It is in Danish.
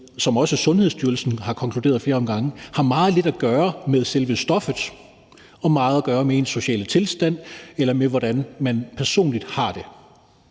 som også Sundhedsstyrelsen har konkluderet ad flere omgange, har meget lidt at gøre med selve stoffet og meget at gøre med ens sociale tilstand, eller hvordan man personligt har det.